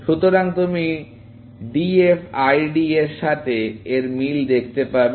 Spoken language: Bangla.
সুতরাং তুমি ডিফাইড এর সাথে এই মিল দেখতে পাবে